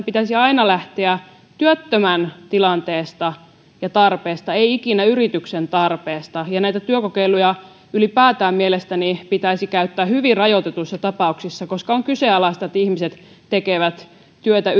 pitäisi aina lähteä työttömän tilanteesta ja tarpeesta ei ikinä yrityksen tarpeesta näitä työkokeiluja ylipäätään mielestäni pitäisi käyttää hyvin rajoitetuissa tapauksissa koska on kyseenalaista että ihmiset tekevät työtä